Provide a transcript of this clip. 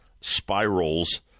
spirals